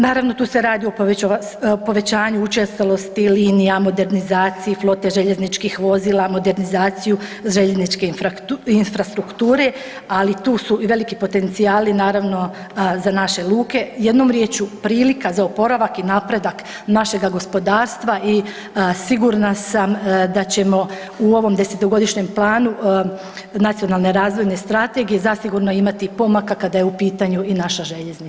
Naravno tu se radi o povećanju učestalosti linija, modernizaciji flote željezničkih vozila, modernizaciju željezničke infrastrukture, ali tu su i veliki potencijali za naše luke, jednom riječju prilika za oporavak i napredak našega gospodarstva i sigurna sam da ćemo u ovom desetogodišnjem planu nacionalne razvojne strategije zasigurno imati pomaka kada je u pitanju i naša željeznica.